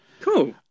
Cool